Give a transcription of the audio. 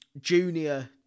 junior